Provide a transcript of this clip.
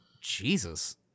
Jesus